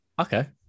okay